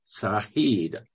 Sahid